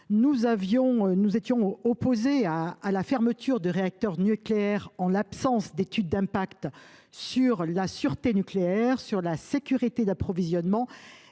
nous étions opposés à la fermeture de réacteurs nucléaires en l’absence d’étude d’impact sur la sûreté nucléaire, la sécurité de l’approvisionnement